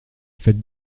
faites